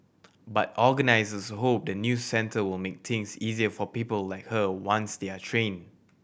but organisers hope the new centre will make things easier for people like her once they are trained